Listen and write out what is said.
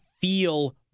feel